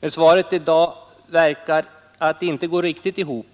Det förefaller mig som om svaret i dag inte går riktigt ihop